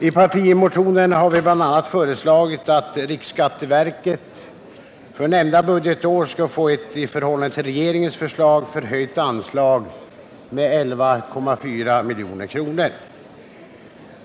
I partimotionen har vi bl.a. föreslagit att riksskatteverket för nämnda budgetår skall få ett i förhållande till regeringens förslag med 11,4 milj.kr. förhöjt anslag.